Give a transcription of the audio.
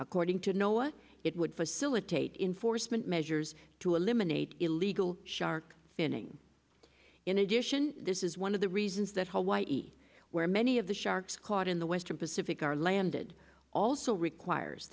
according to know what it would facilitate in forstmann measures to eliminate illegal shark finning in addition this is one of the reasons that hawaii where many of the sharks caught in the western pacific are landed all so requires